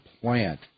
plant